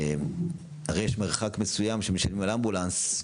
הרי יש מרחק מסוים שמשלמים על אמבולנס,